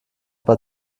paar